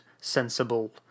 sensible